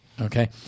okay